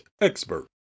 expert